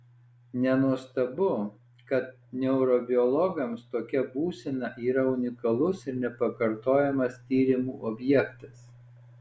nenuostabu kad neurobiologams tokia būsena yra unikalus ir nepakartojamas tyrimų objektas